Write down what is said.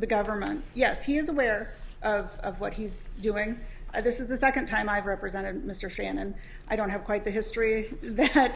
the government yes he is aware of what he's doing this is the second time i've represented mr freeh and i don't have quite the history that